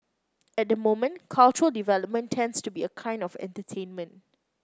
at the moment cultural development tends to be a kind of entertainment